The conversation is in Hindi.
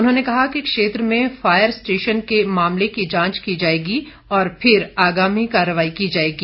उन्होंने कहा कि क्षेत्र में फायर स्टेशन के मामले की जांच की जाएगी और फिर आगामी कार्रवाई की जाएगी